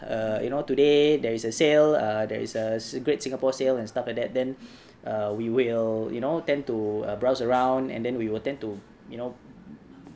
uh you know today there is a sale err there is a great singapore sale and stuff like that then we will you know tend to err browse around and then we will tend to you know